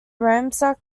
ramsar